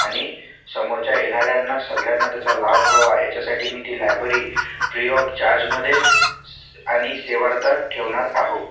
आणि समोरच्या येणाऱ्यांना सगळ्यांना त्याचा लाभ व्हावा याच्यासाठी मी ती लायबरी फ्री ऑफ चार्जमध्ये स आणि सेवार्थ ठेवणार आहे